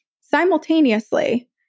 Simultaneously